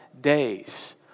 days